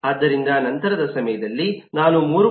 ಆದ್ದರಿಂದ ನಂತರದ ಸಮಯದಲ್ಲಿ ನಾನು 3